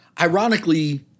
ironically